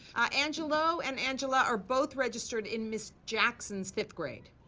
angelo and angela are both registered in ms. jackson's fifth grade.